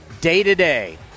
day-to-day